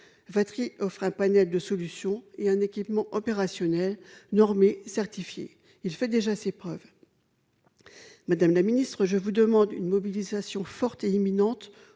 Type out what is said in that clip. Vatry offre un panel de solutions et un équipement opérationnel, normé et certifié. Il fait déjà ses preuves ! Madame la secrétaire d'État, je vous demande une mobilisation forte et imminente